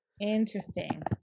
Interesting